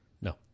No